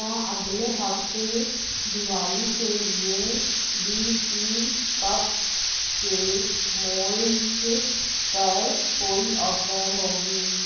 کیا اگلے ہفتے دیوالی کے لیے D P cupcake moulds پر کوئی آفر ہوگی